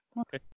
Okay